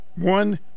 One